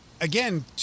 again